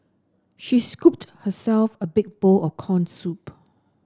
she scooped herself a big bowl of corn soup